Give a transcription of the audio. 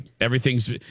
everything's